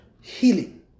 Healing